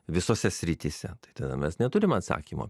visose srityse tai tada mes neturim atsakymo